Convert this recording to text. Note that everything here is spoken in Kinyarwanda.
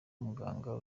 muganga